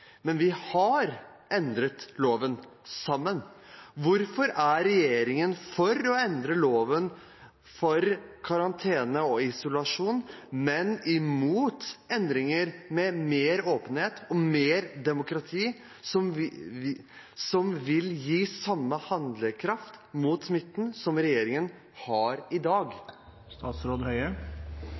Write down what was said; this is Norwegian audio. Men vi har endret loven, sammen. Hvorfor er regjeringen for å endre loven for karantene og isolasjon, men imot endringer med mer åpenhet og mer demokrati, som vil gi samme handlekraft mot smitten som regjeringen har i dag?